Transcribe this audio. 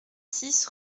six